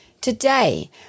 Today